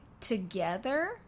together